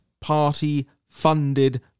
Party-funded